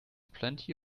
plenty